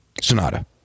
Sonata